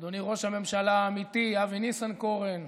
אדוני ראש הממשלה האמיתי אבי ניסנקורן,